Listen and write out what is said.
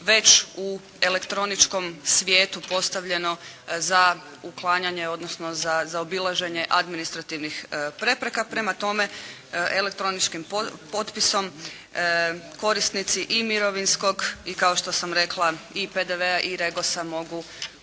već u elektroničkom svijetu postavljeno za uklanjanje, odnosno za zaobilaženje administrativnih prepreka. Prema tome, elektroničkim potpisom korisnici i mirovinskog i kao što sam rekla i PDV-a i REGOS-a mogu